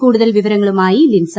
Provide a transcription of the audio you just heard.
കൂടുതൽ വിവരങ്ങളുമായി ലിൻസ